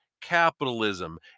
capitalism